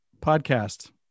podcast